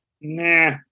nah